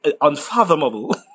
unfathomable